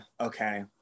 okay